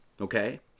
okay